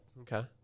okay